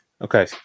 Okay